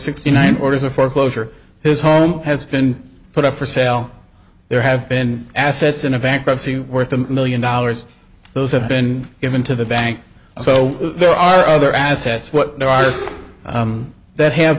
sixty nine orders a foreclosure his home has been put up for sale there have been assets in a bankruptcy worth a million dollars those have been given to the bank so there are other assets what i or that have